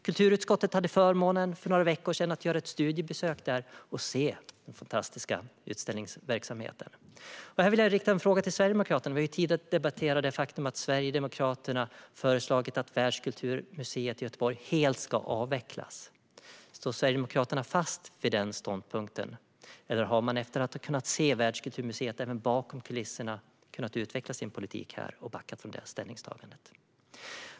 Kulturutskottet hade för några veckor sedan förmånen att få göra ett studiebesök där och se den fantastiska utställningsverksamheten. Här vill jag rikta en fråga till Sverigedemokraterna. Vi har ju tidigare debatterat det faktum att Sverigedemokraterna föreslagit att Världskulturmuseet i Göteborg helt ska avvecklas. Står Sverigedemokraterna fast vid den ståndpunkten, eller har man efter att ha kunnat se Världskulturmuseet även bakom kulisserna kunnat utveckla sin politik och backa från sitt ställningstagande?